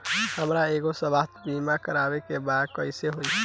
हमरा एगो स्वास्थ्य बीमा करवाए के बा कइसे होई?